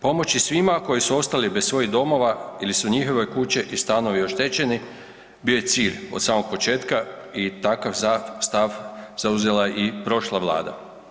Pomoći svima koji su ostali bez svojih domova ili su njihove kuće i stanovi oštećeni bio je cilj od samog početka i takav stav zauzela je i prošla vlada.